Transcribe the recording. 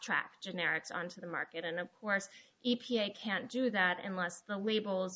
track generics on to the market and of course e p a can't do that unless the label